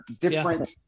Different